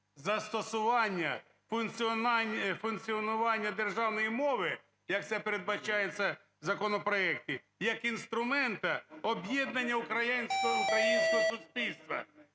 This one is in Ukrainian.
Застосування функціонування державної мови, як це передбачається в законопроекті, як інструмента об'єднання українського суспільства.